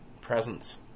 presence